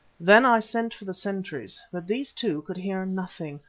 then i sent for the sentries, but these, too, could hear nothing.